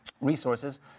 Resources